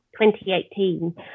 2018